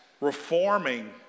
reforming